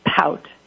pout